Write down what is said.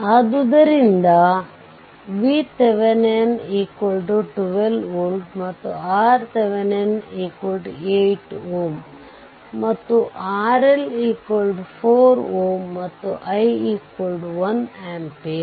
ಆದ್ದರಿಂದ VThevenin 12 volt ಮತ್ತು RThevenin 8 Ω ಮತ್ತು RL 4 Ω ಮತ್ತು i 1 ಆಂಪಿಯರ್